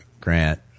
Grant